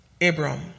Abram